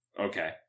Okay